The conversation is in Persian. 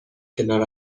کنار